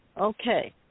Okay